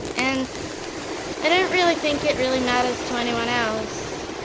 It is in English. and i don't really think it really matters to anyone else,